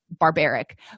barbaric